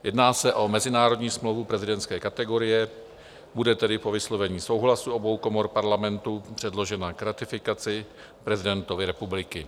Jedná se o mezinárodní smlouvu prezidentské kategorie, bude tedy po vyslovení souhlasu obou komor Parlamentu předložena k ratifikaci prezidentovi republiky.